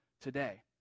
today